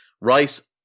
Rice